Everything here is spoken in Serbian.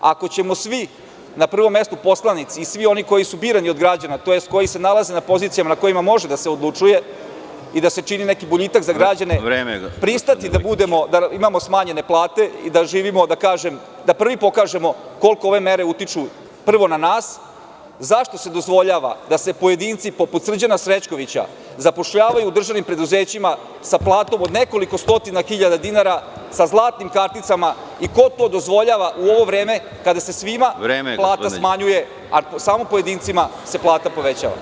Ako ćemo svi, na prvom mestu poslanici i svi oni koji su birani od građana tj. koji se nalaze na pozicijama na kojima može da se odlučuje i da se čini neki boljitak za građane, pristati da imamo manje plate i da prvi pokažemo koliko ove mere utiču prvo na nas, zašto se dozvoljava da se pojedinci poput Srđana Srećkovića zapošljavaju u državnim preduzećima sa platom od nekoliko stotina hiljada dinara, sa zlatnim karticama i ko to dozvoljava u ovo vreme kada se svima plata smanjuje, a samo pojedincima se plata povećava?